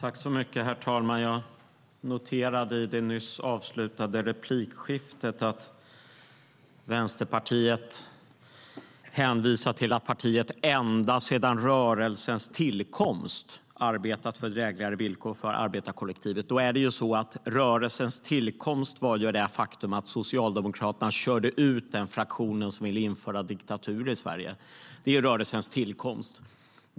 Herr talman! I det nyss avslutade replikskiftet noterade jag att Vänsterpartiet hänvisar till att partiet ända sedan rörelsens tillkomst har arbetat för drägligare villkor för arbetarkollektivet. Rörelsens tillkomst var ju när Socialdemokraterna körde ut en fraktion som ville införa diktatur i Sverige. Det var det som var rörelsens tillkomst.